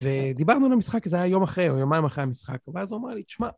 ודיברנו על המשחק, זה היה יום אחרי, או יומיים אחרי המשחק, ואז הוא אמר לי, תשמע...